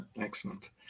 excellent